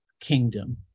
kingdom